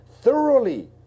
thoroughly